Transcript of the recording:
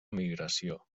migració